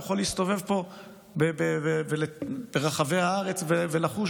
הוא יכול להסתובב פה ברחבי הארץ ולחוש